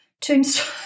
Tombstone